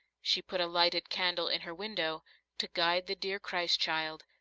she put a lighted candle in her window to guide the dear christ-child,